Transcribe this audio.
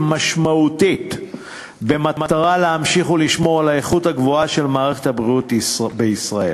משמעותית במטרה להמשיך ולשמור על האיכות הגבוהה של מערכת הבריאות בישראל.